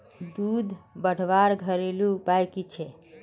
दूध बढ़वार घरेलू उपाय की छे?